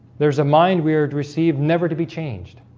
there's a mind weird received never to be changed